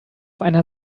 einer